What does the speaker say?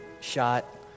shot